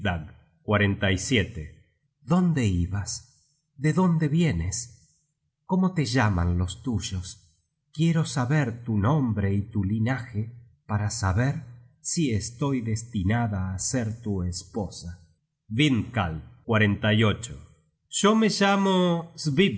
viaje a svipdag dónde ibas de dónde vienes cómo te llaman los tuyos quiero saber tu nombre y tu linaje para saber si estoy destinada á ser tu esposa content from google book search generated at vindkal yo me llamo